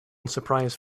surprise